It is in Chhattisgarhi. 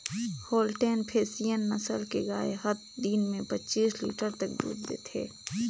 होल्टेन फेसियन नसल के गाय हत दिन में पच्चीस लीटर तक दूद देथे